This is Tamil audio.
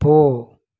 போ